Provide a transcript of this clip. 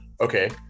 Okay